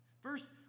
First